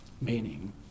meaning